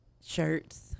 shirts